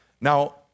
Now